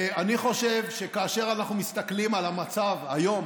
אני חושב שכאשר אנחנו מסתכלים על המצב היום